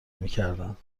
میکردند